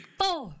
four